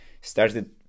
started